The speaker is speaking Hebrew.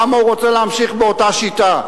למה הוא רוצה להמשיך באותה שיטה.